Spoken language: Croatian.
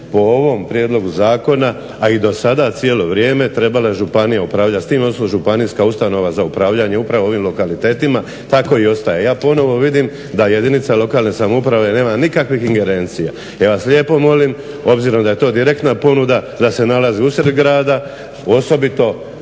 po ovom prijedlogu zakona, a i do sada cijelo vrijeme trebala je županija upravljati s tim, odnosno županijska ustanova za upravljanje upravo ovim lokalitetima. Tako i ostaje. Ja ponovo vidim da jedinica lokalne samouprave nema nikakvih ingerencija. Ja vas lijepo molim, obzirom da je to direktna ponuda da se nalazi usred grada osobito